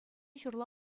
ҫурла